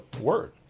word